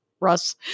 russ